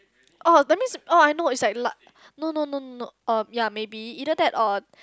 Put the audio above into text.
orh that means orh I know it's like no no no no uh ya maybe either that or